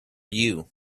you